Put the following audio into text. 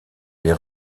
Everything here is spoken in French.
les